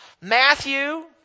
Matthew